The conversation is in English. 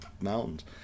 mountains